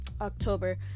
october